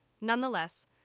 Nonetheless